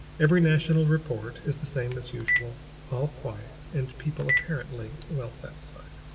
every national report is the same as usual all quiet, and people apparently well satisfied.